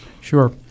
Sure